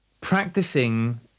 practicing